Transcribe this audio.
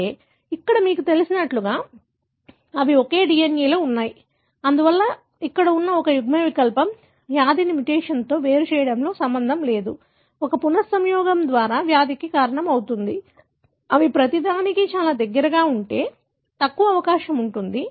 కానీ అక్కడ మీకు తెలిసినట్లుగా అవి ఒకే DNA లో ఉన్నాయి అందువల్ల ఇక్కడ ఉన్న ఒక యుగ్మవికల్పం వ్యాధిని మ్యుటేషన్తో వేరు చేయడంతో సంబంధం లేదు ఒక పునః సంయోగం ద్వారా వ్యాధికి కారణమవుతుంది అవి ప్రతిదానికి చాలా దగ్గరగా ఉంటే తక్కువ అవకాశం ఉంటుంది ఇతర